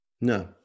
No